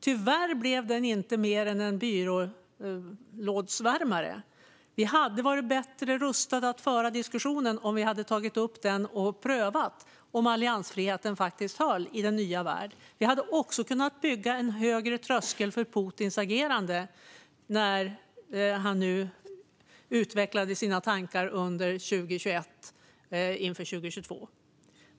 Tyvärr blev den inte mer än en byrålådsvärmare. Vi hade varit bättre rustade att föra diskussionen om vi hade tagit upp den och prövat om alliansfriheten faktiskt höll i den nya världen. Vi hade också kunnat bygga en högre tröskel för Putins agerande när han utvecklade sina tankar under 2021 inför 2022.